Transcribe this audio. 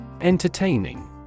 Entertaining